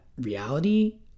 reality